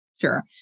Sure